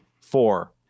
four